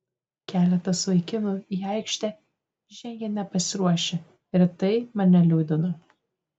keletas vaikinų į aikštę žengę nepasiruošę ir tai mane nuliūdina